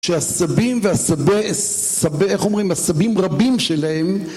כשהסבים והסבי... סבי... איך אומרים? הסבים רבים שלהם...